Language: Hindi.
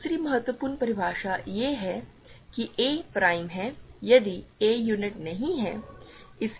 तो दूसरी महत्वपूर्ण परिभाषा यह है कि a प्राइम है यदि a यूनिट नहीं है